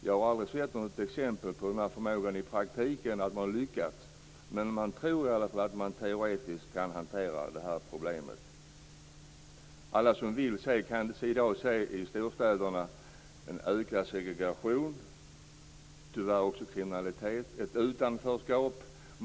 Jag har aldrig sett något exempel i praktiken på att man har lyckats med den här förmågan, men man tror i alla fall att man teoretiskt kan hantera det här problemet. Alla som vill kan i dag se en ökad segregation i storstäderna, tyvärr också kriminalitet och ett utanförskap.